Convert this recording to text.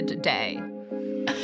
day